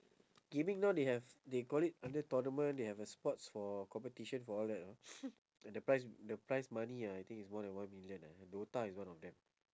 gaming now they have they call it under tournament they have a sports for competition for all that you know and the prize the prize money ah I think is more than one million ah DOTA is one of them